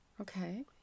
Okay